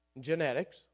genetics